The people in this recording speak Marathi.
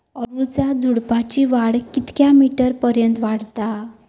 अडुळसा झुडूपाची वाढ कितक्या मीटर पर्यंत वाढता?